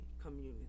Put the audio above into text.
community